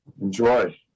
Enjoy